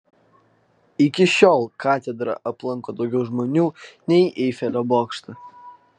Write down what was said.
iki šiol katedrą aplanko daugiau žmonių nei eifelio bokštą